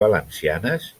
valencianes